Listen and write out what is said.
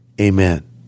amen